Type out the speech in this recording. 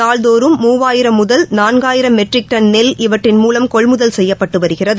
நாள்தோறும் மூவாயிரம் முதல் நாள்காயிரம் மெட்ரிக் டன் நெல் இவற்றின் மூலம் கொள்முதல் செய்யப்பட்டுவருகிறது